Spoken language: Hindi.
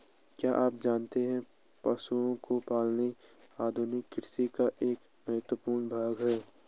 क्या आप जानते है पशुओं को पालना आधुनिक कृषि का एक महत्वपूर्ण भाग है?